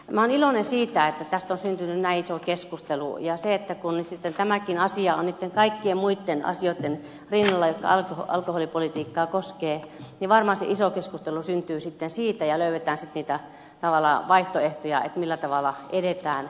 olen iloinen siitä että tästä on syntynyt näin iso keskustelu ja siitä että kun sitten tämäkin asia on niitten kaikkien muitten asioitten rinnalla jotka alkoholipolitiikkaa koskevat niin varmaan se iso keskustelu syntyy sitten siitä ja löydetään sitten tavallaan niitä vaihtoehtoja millä tavalla edetään